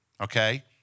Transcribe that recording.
Okay